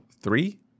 three